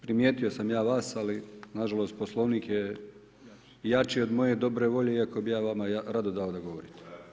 Primijetio sam ja vas, ali nažalost poslovnik je jači od moje dobre volje, iako bi ja vama rado dao da vi govorite.